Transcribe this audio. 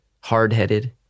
hard-headed